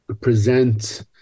present